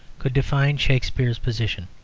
could define shakspere's position.